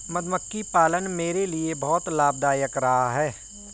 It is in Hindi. मधुमक्खी पालन मेरे लिए बहुत लाभदायक रहा है